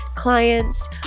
clients